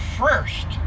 first